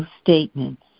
statements